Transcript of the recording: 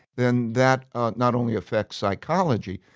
then that not only affects psychology,